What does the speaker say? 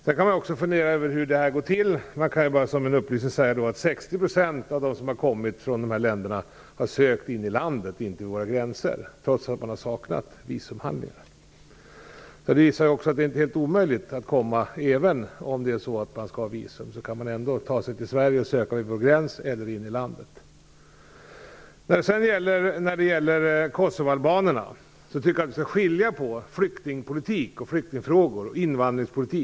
Man kan också fundera över hur det här går till. Låt mig som en upplysning säga att 60 % av dem som har kommit från dessa länder har gjort sin ansökan inne i landet, inte vid våra gränser, trots att de har saknat visumhandlingar. Det visar att det inte är helt omöjligt för sådana personer att komma hit. Trots att de inte har visum kan de ta sig till Sverige och göra ansökan vid gränsen eller inifrån landet. När det gäller kosovoalbanerna tycker jag att man skall skilja mellan å ena sidan flyktingpolitik och flyktingfrågor, andra sidan invandringspolitik.